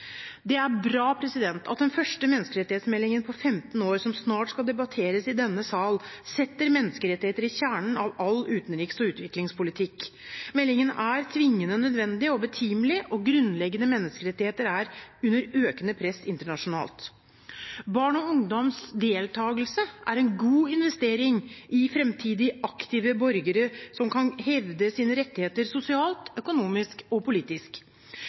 Det er bra at den første menneskerettighetsmeldingen på 15 år, som snart skal debatteres i denne sal, setter menneskerettigheter i kjernen av all utenriks- og utviklingspolitikk. Meldingen er tvingende nødvendig og betimelig. Grunnleggende menneskerettigheter er under økende press internasjonalt. Barn og ungdoms deltakelse er en god investering i fremtidige aktive borgere som kan hevde sine rettigheter sosialt, økonomisk og politisk.